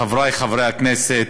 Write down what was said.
חברי חברי הכנסת,